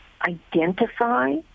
identify